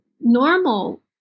normal